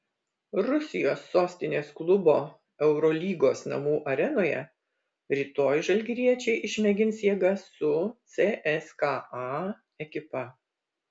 rusijos sostinės klubo eurolygos namų arenoje rytoj žalgiriečiai išmėgins jėgas su cska ekipa